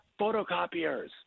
photocopiers